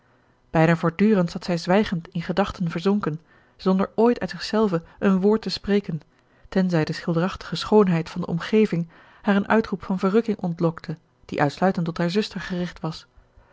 bijna voortdurend zat zij zwijgend in gedachten verzonken zonder ooit uit zichzelve een woord te spreken tenzij de schilderachtige schoonheid van de omgeving haar een uitroep van verrukking ontlokte die uitsluitend tot haar zuster gericht was